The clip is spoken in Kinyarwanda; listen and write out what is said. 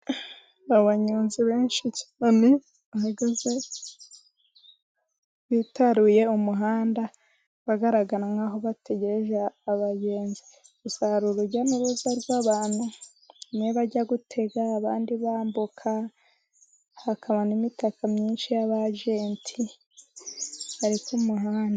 Abanyonzi benshi cyane, bahage bitaruye umuhanda bagaragara nk'aho bategereje abagenzi. Gusa hari urujya n'uruza rw'abantu, bamwe bajya gutega, abandi bambuka, hakaba n'imitaka myinshi, y'aba ajenti bari ku muhanda.